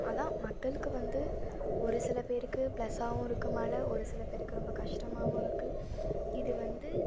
அதான் மக்களுக்கு வந்து ஒரு சில பேருக்கு ப்ளஸாகவும் இருக்குது மழை ஒரு சில பேருக்குத்தான் ரொம்ப கஷ்டமாகவும் இருக்குது இது வந்து